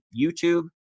YouTube